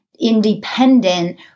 independent